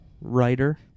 writer